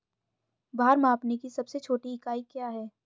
भार मापने की सबसे छोटी इकाई क्या है?